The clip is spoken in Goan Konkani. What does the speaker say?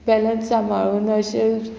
बेलन्स सांबाळून अशें